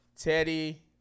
Teddy